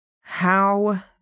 How